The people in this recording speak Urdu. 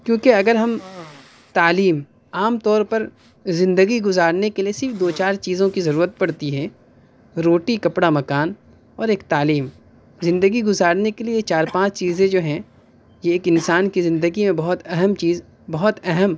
کیونکہ اگر ہم تعلیم عام طور پر زندگی گزارنے کے لیے صرف دو چار چیزوں کی ضرورت پڑتی ہے روٹی کپڑا مکان اور ایک تعلیم زندگی گزارنے کے یہ چار پانچ چیزیں جو ہیں ایک انسان کی زندگی میں بہت اہم چیز بہت اہم